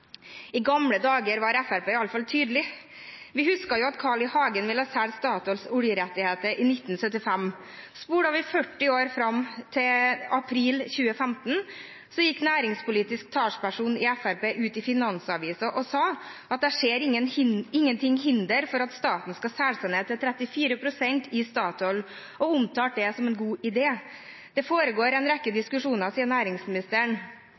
I gamle dager var Fremskrittspartiet i hvert fall tydelig. Vi husker at Carl I. Hagen ville selge Statoils oljerettigheter i 1975. Spoler vi 40 år fram, til april 2015, gikk næringspolitisk talsperson i Fremskrittspartiet ut i Finansavisen og sa: «Jeg ser ingenting til hinder for at staten skal selge seg ned til 34 prosent i Statoil …» og omtalte det som en god idé. Det foregår en rekke diskusjoner, sier næringsministeren,